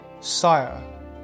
Sire